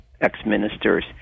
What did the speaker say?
ex-ministers